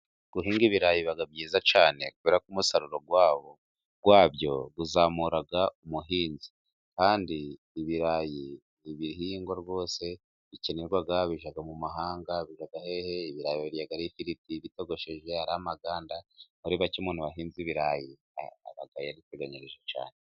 Guhinga ibirayi biba byiza cyane kubera ko umusaruro wabyo uzamura umuhinzi. Kandi ibirayi ni ibihingwa rwose bikenerwa. Bijya mu mahanga ,hehe. Ibirayi babiryamo ifiriti, bitogosheje, amaganda . Muri make umuntu wahinze ibirayi aba yariteganyirije cyane.